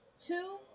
two